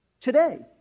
Today